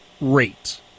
rate